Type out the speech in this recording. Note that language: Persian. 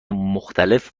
مختلف